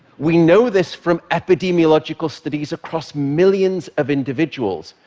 we know this from epidemiological studies across millions of individuals.